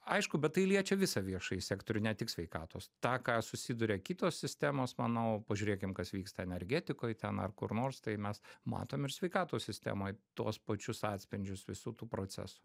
aišku bet tai liečia visą viešąjį sektorių ne tik sveikatos tą ką susiduria kitos sistemos manau pažiūrėkim kas vyksta energetikoj ten ar kur nors tai mes matom ir sveikatos sistemoj tuos pačius atspindžius visų tų procesų